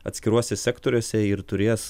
atskiruose sektoriuose ir turės